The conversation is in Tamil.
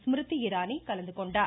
ஸ்மிருதி இராணி கலந்து கொண்டார்